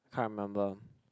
can't remember